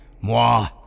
Moi